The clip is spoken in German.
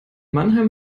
mannheim